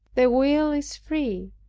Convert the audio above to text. the will is free,